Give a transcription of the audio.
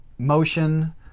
motion